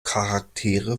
charaktere